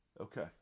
Okay